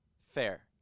fair